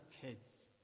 kids